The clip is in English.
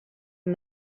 and